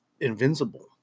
invincible